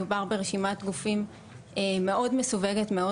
מדובר ברשימת גופים מסווגת מאוד,